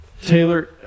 Taylor